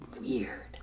weird